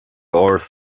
áras